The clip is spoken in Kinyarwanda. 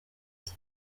ati